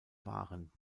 waren